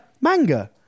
Manga